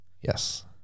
yes